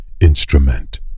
instrument